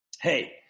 hey